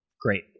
Great